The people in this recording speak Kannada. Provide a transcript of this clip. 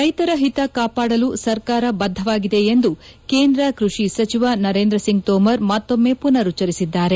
ರೈತರ ಹಿತ ಕಾಪಾಡಲು ಸರ್ಕಾರ ಬದ್ದವಾಗಿದೆ ಎಂದು ಕೇಂದ್ರ ಕೃಷಿ ಸಚಿವ ನರೇಂದ್ರಸಿಂಗ್ ತೋಮರ್ ಮತ್ತೊಮ್ಮೆ ಪುನರುಭ್ವರಿಸಿದ್ದಾರೆ